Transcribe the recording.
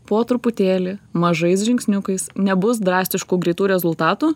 po truputėlį mažais žingsniukais nebus drastiškų greitų rezultatų